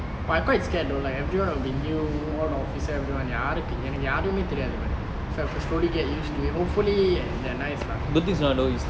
but I quite scared though like everyone will be new all officer everyone யாருக்கு என்ன யாருக்குமே தெரியாது பாரு:yaarukku enna yaarukkume theriyaathu paaru so I have to slowly get used to it hopefully they are nice lah